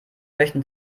möchten